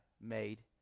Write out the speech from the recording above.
made